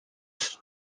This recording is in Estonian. see